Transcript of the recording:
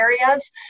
areas